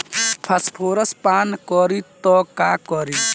Phosphorus पान करी त का करी?